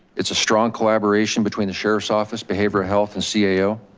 it's a strong collaboration between the sheriff's office behavioral health and cio.